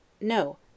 No